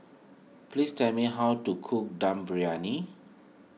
please tell me how to cook Dum Briyani